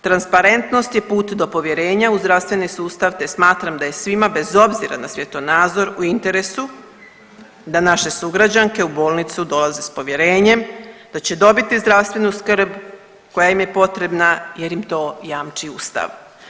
Transparentnost je put do povjerenja u zdravstveni sustav, te smatram da je svima, bez obzira na svjetonazor u interesu da naše sugrađanke u bolnicu dolaze s povjerenjem, da će dobiti zdravstvenu skrb koja je potrebna jer im to jamči Ustav.